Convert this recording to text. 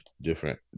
Different